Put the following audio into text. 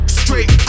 straight